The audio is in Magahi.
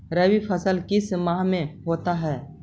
रवि फसल किस माह में होता है?